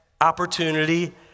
opportunity